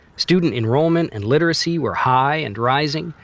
student enrollment and literacy were high and rising,